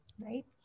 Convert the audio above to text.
right